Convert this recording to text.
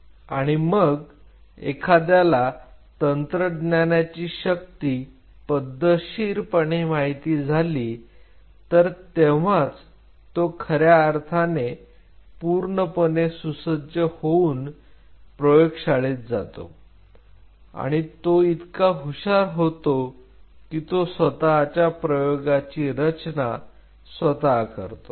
आणि मग एखाद्याला तंत्रज्ञानाची शक्ती पद्धतशीरपणे माहीत झाली तर तेव्हाच तो खऱ्या अर्थाने पूर्णपणे सुसज्ज होऊन प्रयोगशाळेत जातो आणि तो इतका हुशार होतो की तो स्वतःच्या प्रयोगाची रचना स्वतः करतो